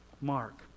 Mark